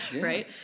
right